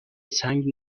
سنگ